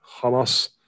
Hamas